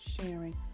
sharing